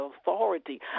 authority